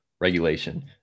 regulation